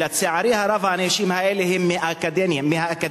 ולצערי הרב האנשים האלה הם מהאקדמיה.